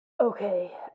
Okay